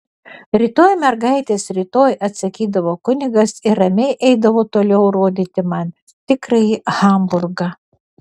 rytoj mergaitės rytoj atsakydavo kunigas ir ramiai eidavo toliau rodyti man tikrąjį hamburgą